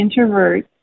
introverts